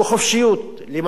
לממש את רווחיהם,